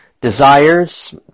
desires